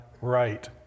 right